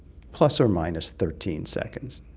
plus or minus thirteen seconds.